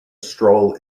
stroll